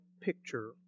picture